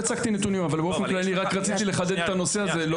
רק רציתי באופן כללי לחדד את הנושא הזה.